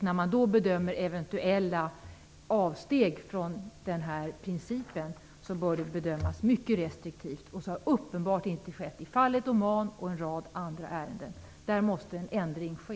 När man bedömer eventuella avsteg från den principen, bör det bedömas mycket restriktivt. Så har uppenbarligen inte skett i fallet Oman och i en rad andra ärenden. Där måste en ändring ske.